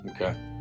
Okay